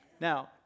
Now